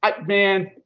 Man